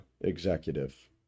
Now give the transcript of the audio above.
executive